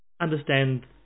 understand